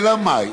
אלא מאי,